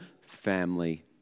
family